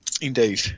indeed